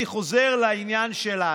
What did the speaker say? אני חוזר לעניין שלנו.